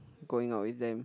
going out with them